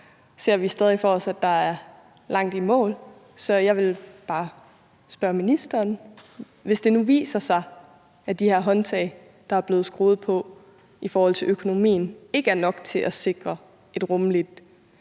ser vi stadig for os, at der er langt til målet. Så jeg vil bare spørge ministeren: Hvis det nu viser sig, at de her håndtag, der er blevet skruet på i forhold til økonomien, ikke er nok til at sikre et rummeligt